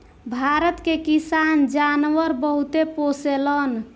भारत के किसान जानवर बहुते पोसेलन